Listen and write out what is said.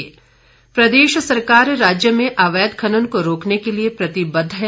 जयराम ठाकुर प्रदेश सरकार राज्य में अवैध खनन को रोकने के लिए प्रतिबद्ध है